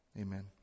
amen